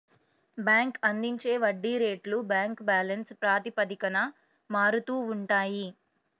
bank అందించే వడ్డీ రేట్లు బ్యాంక్ బ్యాలెన్స్ ప్రాతిపదికన మారుతూ ఉంటాయి